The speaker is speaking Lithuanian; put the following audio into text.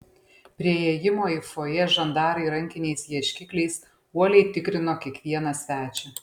prie įėjimo į fojė žandarai rankiniais ieškikliais uoliai tikrino kiekvieną svečią